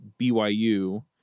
BYU